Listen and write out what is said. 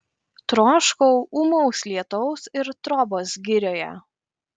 troškau ūmaus lietaus ir trobos girioje